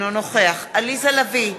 אינו נוכח עליזה לביא,